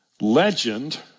Legend